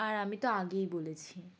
আর আমি তো আগেই বলেছি